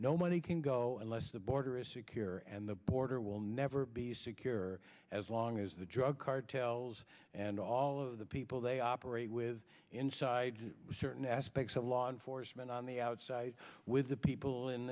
no money can go unless the border is secure and the border will never be secure as long as the drug cartels and all of the people they operate with inside certain aspects of law enforcement on the outside with the people in